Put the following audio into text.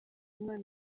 mwana